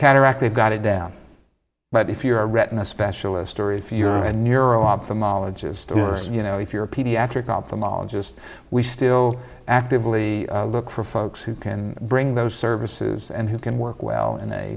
cataract they've got it down but if you're a retina specialist or if you're a nero ophthalmologist or you know if you're a pediatric ophthalmologist we still actively look for folks who can bring those services and who can work well in a